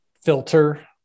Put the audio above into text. filter